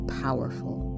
powerful